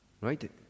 Right